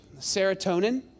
Serotonin